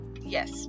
Yes